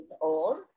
old